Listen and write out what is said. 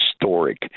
historic